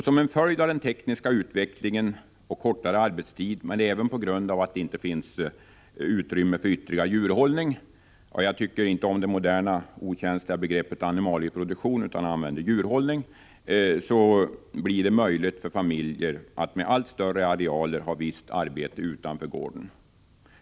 Som en följd av den tekniska utvecklingen och utvecklingen mot kortare arbetstid men även på grund av att det inte finns utrymme för ytterligare djurhållning — jag tycker inte om det moderna, okänsliga uttrycket animalieproduktion — blir det möjligt för familjer med allt större arealer att ha visst arbete utanför gården.